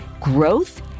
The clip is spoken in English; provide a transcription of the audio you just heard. growth